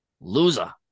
loser